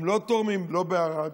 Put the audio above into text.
הם לא תורמים לא בערד